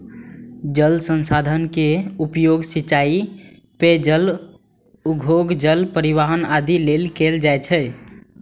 जल संसाधन के उपयोग सिंचाइ, पेयजल, उद्योग, जल परिवहन आदि लेल कैल जाइ छै